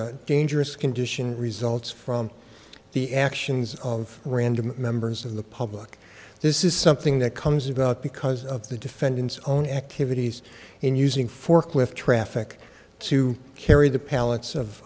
that dangerous condition results from the actions of random members of the public this is something that comes about because of the defendant's own activities in using forklift traffic to carry the pallets of